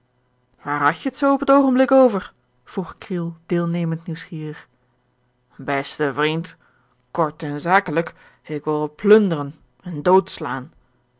waar hadt je het zoo op het oogenblik over vroeg kriel deelnemend nieuwsgierig beste vriend kort en zakelijk ik wil wat plunderen en dood